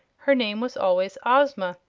her name was always ozma.